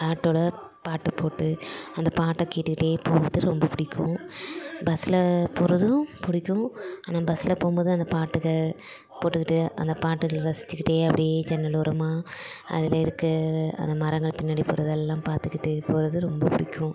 ஆட்டோவில் பாட்டு போட்டு அந்த பாட்டை கேட்டுகிட்டே போகும்போது ரொம்ப பிடிக்கும் பஸ்சில் போகிறதும் பிடிக்கும் ஆனால் பஸ்சில் போகும்போது அந்த பாட்டு போட்டுக்கிட்டு அந்த பாட்டுகளை ரசிச்சுகிட்டு அப்படியே ஜன்னல் ஓரமாக அதில் இருக்க அது மரங்கள் பின்னாடி போகிறதெல்லாம் பார்த்துகிட்டு போவது ரொம்ப பிடிக்கும்